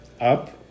up